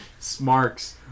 smarks